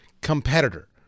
competitor